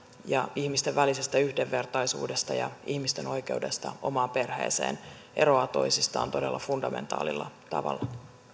ja ihmisten välisestä yhdenvertaisuudesta ja ihmisten oikeudesta omaan perheeseen eroavat toisistaan todella fundamentaalilla tavalla